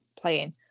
playing